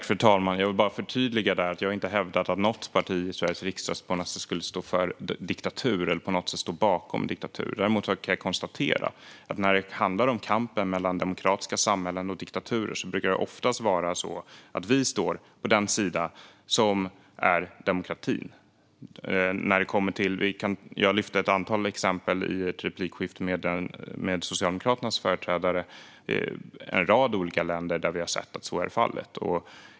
Fru talman! Jag vill bara förtydliga att jag inte har hävdat att något parti i Sveriges riksdag på något sätt skulle stå bakom diktaturer. Däremot kan jag konstatera att vi när det handlar om kampen mellan demokratiska samhällen och diktaturer oftast brukar stå på den sida där demokratin finns. I replikskiftet med Socialdemokraternas företrädare lyfte jag exempel på en rad olika länder där vi har sett att så är fallet.